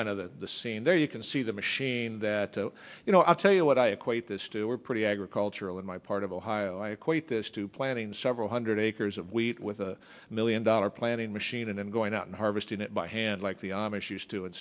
kind of the the scene there you can see the machine that you know i'll tell you what i equate this to were pretty agricultural in my part of ohio i equate this to planting several hundred acres of wheat with a million dollar planting machine and going out and harvesting it by hand like the amish used to and